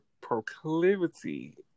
proclivity